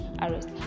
arrest